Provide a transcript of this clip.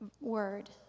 word